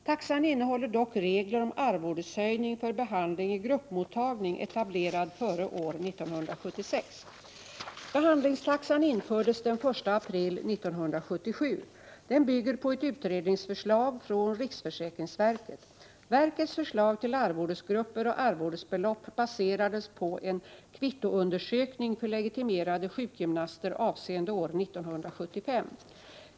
Taxan innehåller dock regler om arvodeshöjning för behandling i gruppmottagning ” etablerad före år 1976. Behandlingstaxan infördes den 1 april 1977. Den bygger på ett utredningsförslag från riksförsäkringsverket. Verkets förslag till arvodesgrupper och arvodesbelopp baserades på en kvittoundersökning för legitimerade sjukgymnaster avseende år 1975.